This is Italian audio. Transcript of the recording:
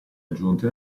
aggiunte